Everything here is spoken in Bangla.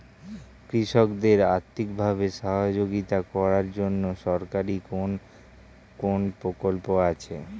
কৃষকদের আর্থিকভাবে সহযোগিতা করার জন্য সরকারি কোন কোন প্রকল্প আছে?